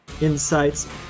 insights